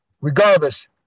Regardless